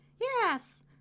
Yes